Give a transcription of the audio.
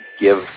give